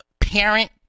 parent